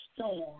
storm